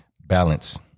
Balance